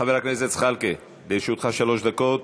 חבר הכנסת זחאלקה, לרשותך שלוש דקות.